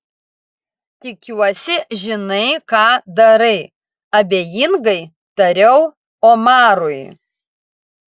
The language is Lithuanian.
tikiuosi žinai ką darai abejingai tariau omarui